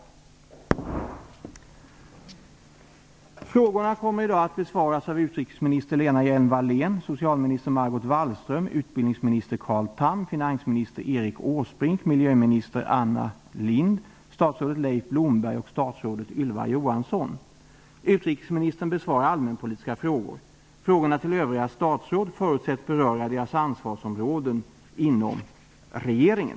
Frågorna kommer i dag att besvaras av utrikesminister Lena Hjelm-Wallén, socialminister Margot Frågorna till övriga statsråd förutsätts beröra deras ansvarsområden inom regeringen.